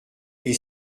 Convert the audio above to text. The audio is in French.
est